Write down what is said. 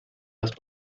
las